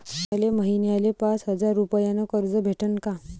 मले महिन्याले पाच हजार रुपयानं कर्ज भेटन का?